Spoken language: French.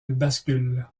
bascule